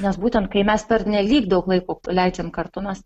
nes būtent kai mes pernelyg daug laiko leidžiam kartu mes